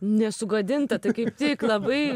nesugadinta tai kaip tik labai